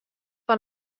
fan